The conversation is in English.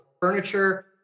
furniture